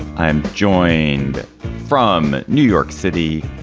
i'm joined from new york city,